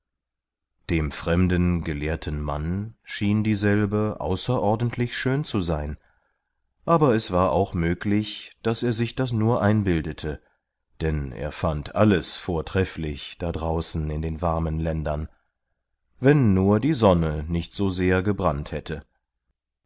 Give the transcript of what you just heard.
dem fremden gelehrten mann schien dieselbe außerordentlich schön zu sein aber es war auch möglich daß er sich das nur einbildete denn er fand alles vortrefflich da draußen in den warmen ländern wenn nur die sonne nicht so sehr gebrannt hätte